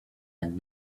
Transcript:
and